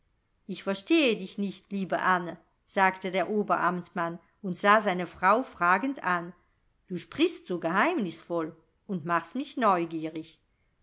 ich verstehe dich nicht liebe anne sagte der oberamtmann und sah seine frau fragend an du sprichst so geheimnisvoll und machst mich neugierig